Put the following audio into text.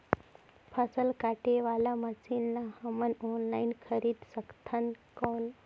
फसल काटे वाला मशीन ला हमन ऑनलाइन खरीद सकथन कौन?